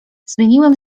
zmieniłem